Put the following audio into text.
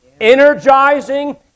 energizing